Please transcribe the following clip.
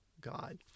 God